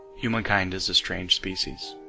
humankind is a strange species